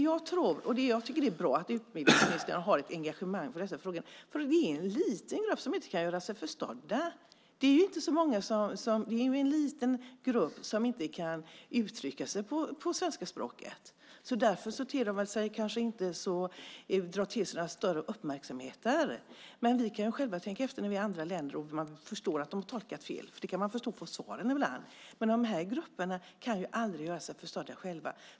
Jag tycker att det är bra att utbildningsministern har ett engagemang i dessa frågor eftersom detta handlar om en liten grupp människor som inte kan göra sig förstådda. Det är en liten grupp människor som inte kan uttrycka sig på det svenska språket. Därför drar dessa människor kanske inte till sig någon större uppmärksamhet. Men vi kan själva tänka efter hur det är när vi är i andra länder och man förstår att de har tolkat fel. Det kan man ibland förstå av svaren. Men dessa människor kan aldrig själva göra sig förstådda.